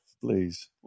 please